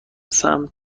سمت